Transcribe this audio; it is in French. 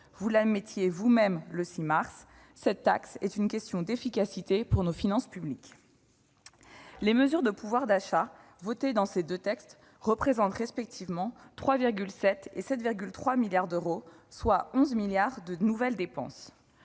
Vous l'admettiez vous-même le 6 mars : cette taxe « est une question d'efficacité pour nos finances publiques ». Les mesures de pouvoir d'achat adoptées au travers de deux textes représentent respectivement 3,7 milliards et 7,3 milliards d'euros, soit 11 milliards d'euros de nouvelles dépenses.